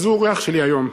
אז הוא אורח שלי היום.